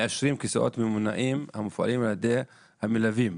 מאשרים כיסאות ממונעים המופעלים על ידי המלווים,